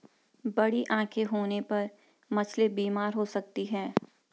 बड़ी आंखें होने पर मछली बीमार हो सकती है